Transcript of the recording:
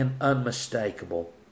unmistakable